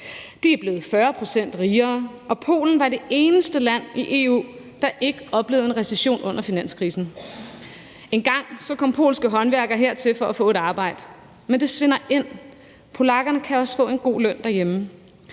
De er blevet 40 pct. rigere. Og Polen var det eneste land i EU, der ikke oplevede en recession under finanskrisen. Engang kom polske håndværkere hertil for at få et arbejde, men det svinder ind, for polakkerne kan også få en god løn derhjemme.